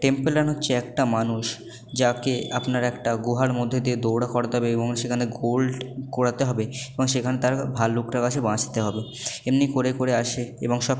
temple run হচ্ছে একটা মানুষ যাকে আপনারা একটা গুহার মধ্যে দিয়ে দৌড় করাতে হবে এবং সেখানে গোল্ড কুড়াতে হবে এবং সেখান ভাল্লুকটার কাছে বাঁচতে হবে এমনি করে করে আসে এবং